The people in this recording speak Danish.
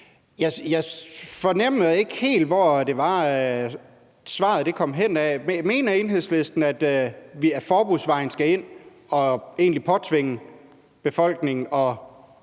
jeg fornemmede ikke helt, hvor svaret kom henad? Mener Enhedslisten, at vi ad forbudsvejen skal ind og egentlig påtvinge befolkningen